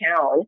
town